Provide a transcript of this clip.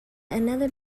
another